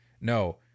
no